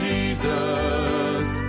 Jesus